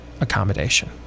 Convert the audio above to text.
accommodation